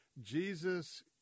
Jesus